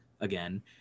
again